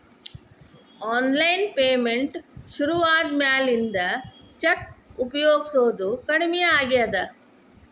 online payment ಶುರುವಾದ ಮ್ಯಾಲಿಂದ cheque ಉಪಯೊಗಸೋದ ಕಡಮಿ ಆಗೇದ